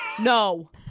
No